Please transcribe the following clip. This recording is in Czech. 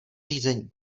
řízení